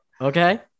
Okay